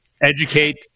educate